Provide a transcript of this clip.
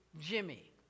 Jimmy